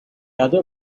other